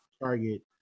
target